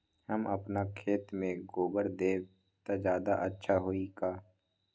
हम अपना खेत में गोबर देब त ज्यादा अच्छा होई का?